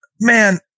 man